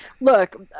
Look